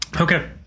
okay